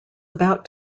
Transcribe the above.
about